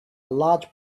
large